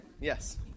yes